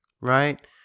right